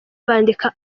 bandika